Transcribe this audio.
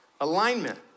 alignment